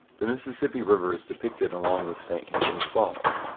the mississippi river is depicted along with st. anthony falls.